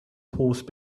horse